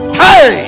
hey